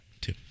two